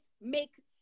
make